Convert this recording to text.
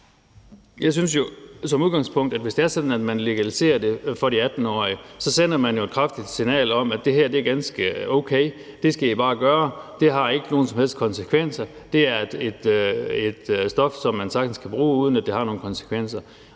Jeg synes jo som udgangspunkt, at hvis det er sådan, at man legaliserer det for de 18-årige, sender man jo et kraftigt signal om, at det her er ganske okay, det skal I bare gøre, det har ikke nogen som helst konsekvenser, det er et stof, som man sagtens kan bruge, uden at det har nogen konsekvenser.